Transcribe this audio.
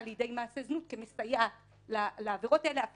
שלמרות שסעיף 5 לחוק העבירות המינהליות